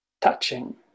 touching